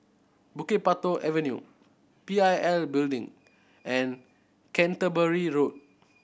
Bukit Batok Avenue P I L Building and Canterbury Road